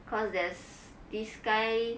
cause there's this guy